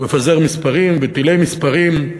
מפזר מספרים ותלי מספרים.